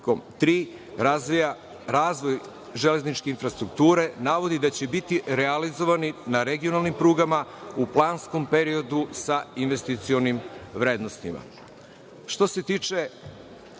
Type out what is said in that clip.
razvoj železničke infrastrukture, navodi da će biti realizovani na regionalnim prugama, u planskom periodu sa investicionim vrednostima. Što